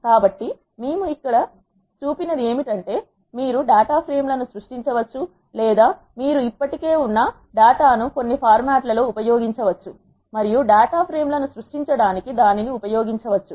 కాబట్టి మేము ఇక్కడ చూసిన ది ఏమిటంటే మీరు డేటా ఫ్రేమ్ లను సృష్టించవచ్చు లేదా మీరు ఇప్పటికే ఉన్న డేటాను కొన్ని ఫార్మాట్ ల లో ఉపయోగించవచ్చు మరియు డేటా ఫ్రేమ్ లను సృష్టించడానికి దానిని ఉపయోగించవచ్చు